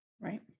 Right